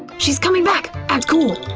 she's coming back! act cool!